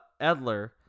Edler